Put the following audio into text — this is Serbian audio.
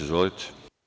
Izvolite.